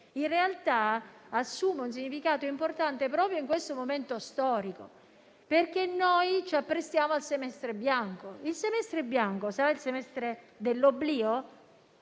in realtà assume un significato importante proprio in questo momento storico, perché noi ci apprestiamo al semestre bianco. Il semestre bianco sarà il semestre dell'oblio?